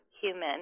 human